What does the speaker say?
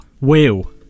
Wheel